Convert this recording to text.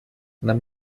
нам